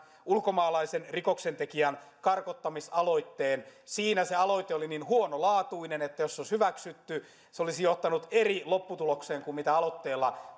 ulkomaalaisen rikoksentekijän karkottamisaloitteen siinä se aloite oli niin huonolaatuinen että jos se olisi hyväksytty se olisi johtanut eri lopputulokseen kuin mitä aloitteella